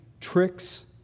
tricks